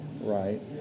right